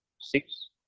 Six